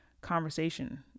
conversation